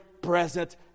present